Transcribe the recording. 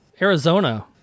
Arizona